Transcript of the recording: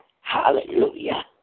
hallelujah